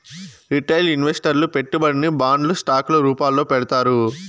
retail ఇన్వెస్టర్లు పెట్టుబడిని బాండ్లు స్టాక్ ల రూపాల్లో పెడతారు